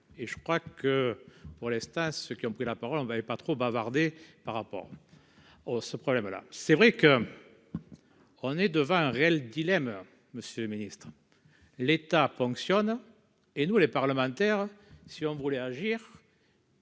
et je crois que pour les stats, ceux qui ont pris la parole, on ne avait pas trop bavarder par rapport aux ce problème-là, c'est vrai que on est devant un réel dilemme Monsieur le Ministre, l'État ponctionne et nous les parlementaires si on voulait agir.